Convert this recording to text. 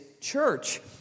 church